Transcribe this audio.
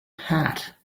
hat